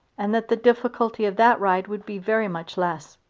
and that the difficulty of that ride would be very much less.